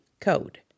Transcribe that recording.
code